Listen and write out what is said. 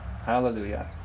Hallelujah